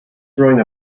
throwing